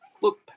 Look